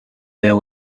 there